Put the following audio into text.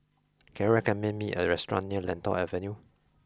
can you recommend me a restaurant near Lentor Avenue